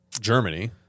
Germany